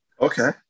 Okay